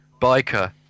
biker